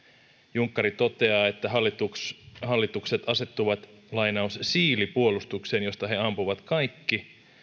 junkkari toteaa että hallitukset asettuvat siilipuolustukseen josta he ampuvat